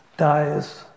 dies